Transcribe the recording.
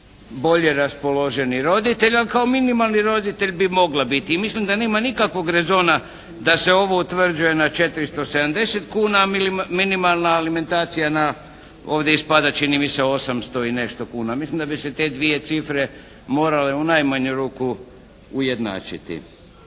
bolje raspoloženi roditelj, ali kao minimalni roditelj bi mogla biti i mislim da nema nikakvog rezona da se ovo utvrđuje na 470 kuna, a minimalna alimentacija na ovdje ispada čini mi se 800 i nešto kuna. Mislim da bi se te dvije cifre morale u najmanju ruku ujednačiti.